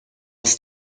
ist